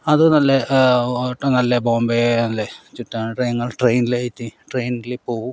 അതു നല്ല ഓട്ടം നല്ല ബോംബെയിൽ ചുറ്റാനായിട്ടു ഞങ്ങൾ ട്രെയിനിലായിട്ട് ട്രെയിനിൽ പോകും